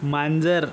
मांजर